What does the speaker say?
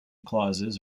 clauses